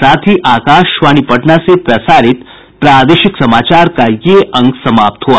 इसके साथ ही आकाशवाणी पटना से प्रसारित प्रादेशिक समाचार का ये अंक समाप्त हुआ